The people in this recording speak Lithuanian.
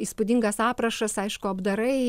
įspūdingas aprašas aišku apdarai